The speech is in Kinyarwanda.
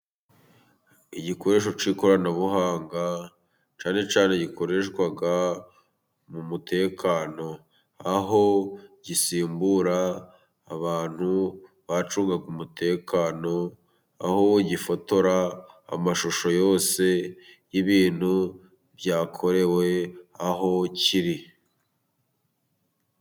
Igikoresho cy'ikoranabuhanga cyane cyane gikoreshwa mu mutekano aho gisimbura abantu bacunga umutekano, aho gifotora amashusho yose y'ibintu byakorewe aho kiri.